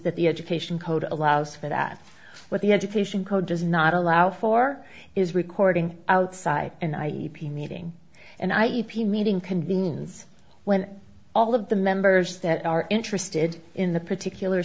that the education code allows for that but the education code does not allow for is recording outside and i e p meeting and i e p meeting convenes when all of the members that are interested in the particular